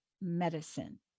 medicine